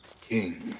King